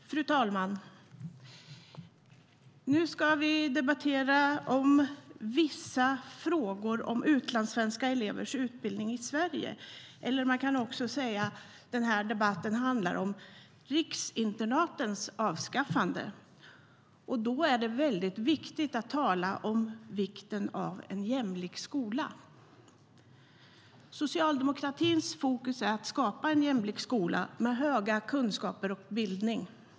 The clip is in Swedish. Fru talman! Nu ska vi debattera vissa frågor om utlandssvenska elevers utbildning i Sverige. Man kan också säga: Den här debatten handlar om riksinternatens avskaffande. Då är det väldigt viktigt att tala om vikten av en jämlik skola. Socialdemokratins fokus är att skapa en jämlik skola med höga kunskaper och bildning.